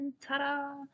Ta-da